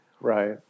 Right